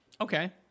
Okay